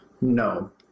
No